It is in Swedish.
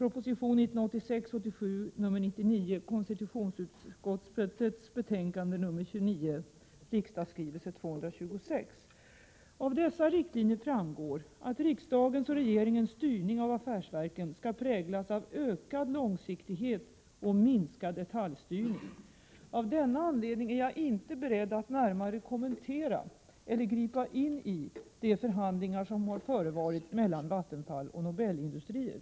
Av dessa riktlinjer framgår att riksdagens och regeringens styrning av affärsverken skall präglas av ökad långsiktighet och minskad detaljstyrning. Av denna anledning är jag inte beredd att närmare kommentera — eller gripa in i — de förhandlingar som har förevarit mellan Vattenfall och Nobelindustrier.